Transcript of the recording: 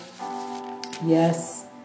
Yes